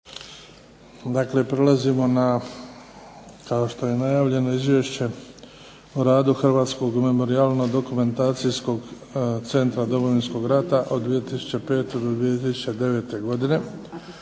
Dakle, prelazimo na, kao što je najavljeno - Izvješće o radu Hrvatskoga memorijalno-dokumentacijskog centra Domovinskog rata od 2005. do 2009. godine